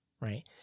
right